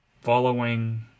following